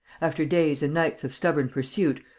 after days and nights of stubborn pursuit,